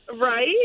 Right